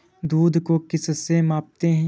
दूध को किस से मापते हैं?